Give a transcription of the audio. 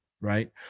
right